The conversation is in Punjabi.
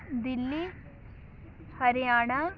ਦਿੱਲੀ ਹਰਿਆਣਾ